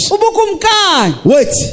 wait